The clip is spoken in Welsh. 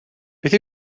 beth